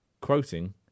Quoting